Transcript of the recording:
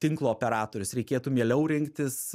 tinklo operatorius reikėtų mieliau rinktis